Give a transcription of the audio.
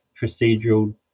procedural